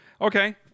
okay